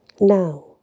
Now